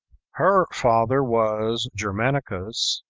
her father was germanicus,